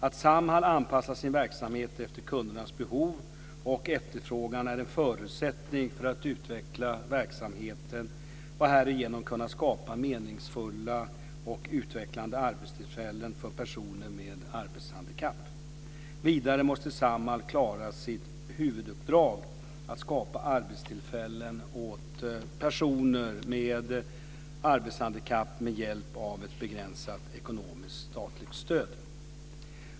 Att Samhall anpassar sin verksamhet efter kundernas behov och efterfrågan är en förutsättning för att utveckla verksamheten och härigenom kunna skapa meningsfulla och utvecklande arbetstillfällen för personer med arbetshandikapp. Vidare måste Samhall klara sitt huvuduppdrag att skapa arbetstillfällen åt personer med arbetshandikapp med hjälp av ett begränsat ekonomiskt statligt stöd.